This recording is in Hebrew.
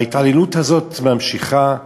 וההתעללות הזאת ממשיכה,